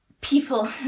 people